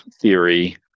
theory